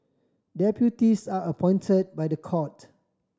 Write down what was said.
deputies are appointed by the court